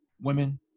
women